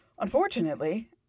Unfortunately